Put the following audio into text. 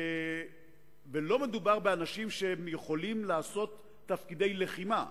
ולא מדובר באנשים שיכולים לשרת בתפקידי לחימה,